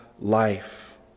life